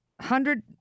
hundred